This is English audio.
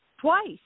twice